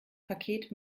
paket